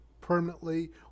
permanently